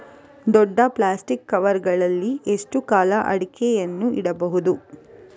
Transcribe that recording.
ದೊಡ್ಡ plastic cover ಗಳಲ್ಲಿ ಎಷ್ಟು ಕಾಲ ಅಡಿಕೆಗಳನ್ನು ಇಡಬಹುದು?